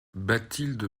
bathilde